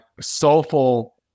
soulful